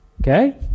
Okay